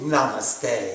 Namaste